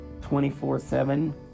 24-7